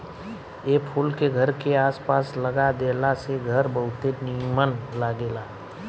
ए फूल के घर के आस पास लगा देला से घर बहुते निमन लागेला